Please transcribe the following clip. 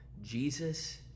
Jesus